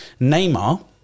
Neymar